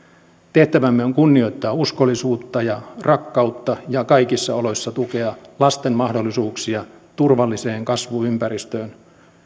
tehtävämme on kunnioittaa uskollisuutta ja rakkautta ja kaikissa oloissa tukea lasten mahdollisuuksia turvalliseen kasvuympäristöön